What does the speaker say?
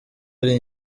ari